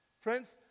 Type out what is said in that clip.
Friends